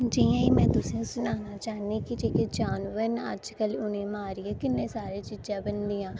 जि'यां की में तुसें गी सनाना चाहन्नीं जि'यां जानवर न अजकल उ'नें गी मारिऐ किन्नी सारियां चीज़ा बनदियां न